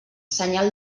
senyal